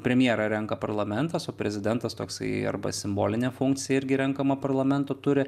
premjerą renka parlamentas o prezidentas toksai arba simbolinę funkciją irgi renkamą parlamento turi